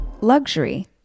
Luxury